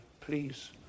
please